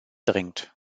drängt